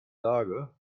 lage